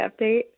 update